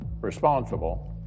responsible